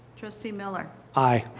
trustee miller? aye.